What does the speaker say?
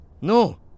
No